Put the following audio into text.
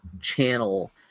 channel